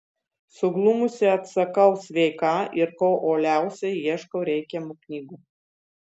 suglumusi atsakau sveika ir kuo uoliausiai ieškau reikiamų knygų